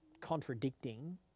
contradicting